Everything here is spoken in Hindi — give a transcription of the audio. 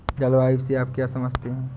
जलवायु से आप क्या समझते हैं?